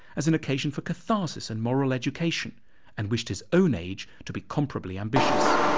as an occasion for catharsis and moral education and wished his own age to be comparably ambitious.